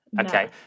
okay